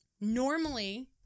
Normally